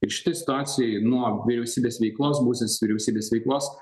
ir šitoj situacijoj nuo vyriausybės veiklos buvusios vyriausybės veiklos